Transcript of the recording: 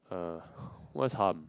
uh what's hum